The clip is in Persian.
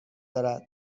دارد